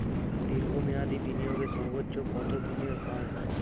দীর্ঘ মেয়াদি বিনিয়োগের সর্বোচ্চ কত দিনের হয়?